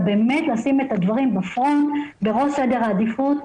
באמת לשים את הדברים בפרונט בראש סדר העדיפות,